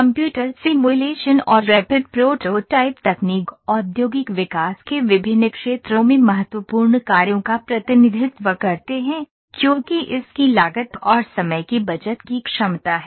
computer simulation और rapid prototype तकनीक औद्योगिक विकास के विभिन्न क्षेत्रों में महत्वपूर्ण कार्यों का प्रतिनिधित्व करते हैं क्योंकि इसकी लागत और समय की बचत की क्षमता है